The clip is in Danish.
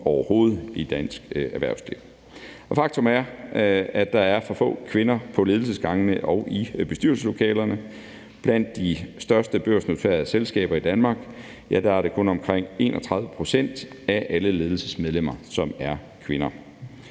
overhovedet i dansk erhvervsliv. Faktum er, at der er for få kvinder på ledelsesgangene og i bestyrelseslokalerne. Blandt de største børsnoterede selskaber i Danmark er det kun omkring 31 pct. af alle ledelsesmedlemmer, som er kvinder.